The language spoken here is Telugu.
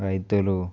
రైతులు